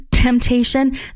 temptation